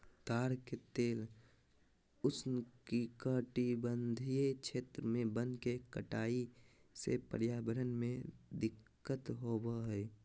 ताड़ के तेल उष्णकटिबंधीय क्षेत्र में वन के कटाई से पर्यावरण में दिक्कत होबा हइ